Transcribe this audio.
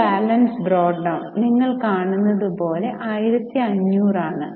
to balance brought down നിങ്ങൾ കാണുന്നത് പോലെ 1500 ആണ്